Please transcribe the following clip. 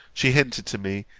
she hinted to me,